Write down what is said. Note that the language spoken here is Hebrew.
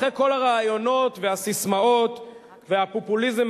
אחרי כל הראיונות והססמאות והפופוליזם